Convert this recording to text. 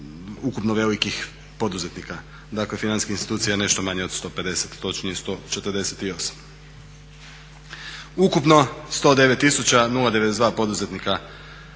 ukupno velikih poduzetnika. Dakle, financijskih institucija je nešto manje od 150 točnije 148. Ukupno 109 092 poduzetnika